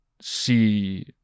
See